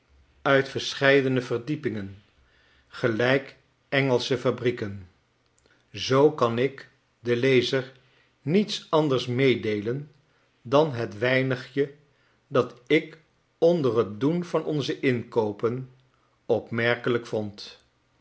uit verscheidene verdiepingen gelijk engelsche fabrieken zoo kan ik den lezer niets anders meedeelen dan het weinigje dat ik onder t doen van onze inkoopen opmerkelyk vond